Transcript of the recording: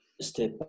step